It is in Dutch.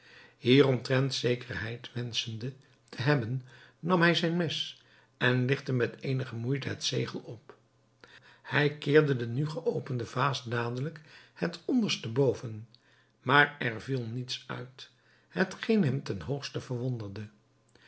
hieromtrent zekerheid wenschende te hebben nam hij zijn mes en ligtte met eenige moeite het zegel op hij keerde de nu geopende vaas dadelijk het onderste boven maar er viel niets uit hetgeen hem ten hoogste verwonderde